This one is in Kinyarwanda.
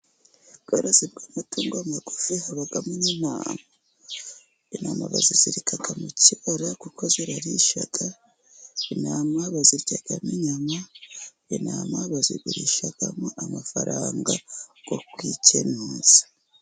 Ubworozi bw'amatungo magufi habamo n'intama, intama bazizirika mu kibara kuko zirarisha, intama baziryamo inyama, intama bazigurishamo amafaranga yo kwikenuza.